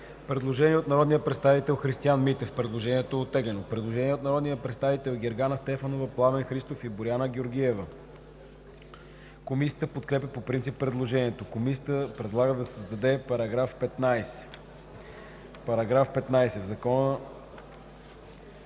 предложение от народния представител Христиан Митев. Предложението е оттеглено. Има предложение от народния представител Гергана Стефанова, Пламен Христов и Боряна Георгиева. Комисията подкрепя по принцип предложението. Комисията предлага да се създаде § 15: „§ 15. В Закона